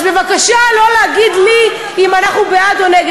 אז בבקשה לא להגיד לי אם אנחנו בעד או נגד.